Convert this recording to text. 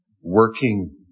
working